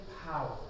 power